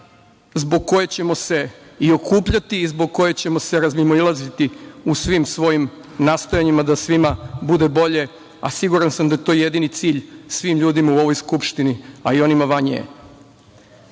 zbog koje ćemo se i okupljati i zbog koje ćemo se razmimoilaziti u svim svojim nastojanjima da svima bude bolje, a siguran sam da je to jedini cilj ljudima u ovoj Skupštini, a i onima van